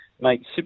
Mate